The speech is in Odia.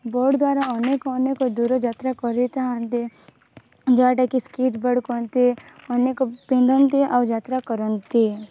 ବୋଟ୍ ଦ୍ଵାରା ଅନେକ ଅନେକ ଦୂର ଯାତ୍ରା କରିଥାନ୍ତି ଯୋଉଟା କି ସ୍କେଟ୍ ବୋର୍ଡ଼ କୁହନ୍ତି ଅନେକ ପିନ୍ଧନ୍ତି ଆଉ ଯାତ୍ରା କରନ୍ତି